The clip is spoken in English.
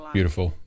Beautiful